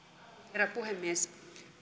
herra puhemies